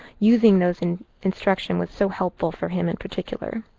using those and instruction was so helpful for him in particular.